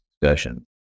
discussion